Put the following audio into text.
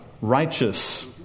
righteous